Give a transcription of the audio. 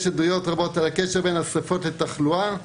יש עדויות רבות על הקשר בין השריפות לתחלואה.